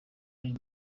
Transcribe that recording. uyu